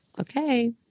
okay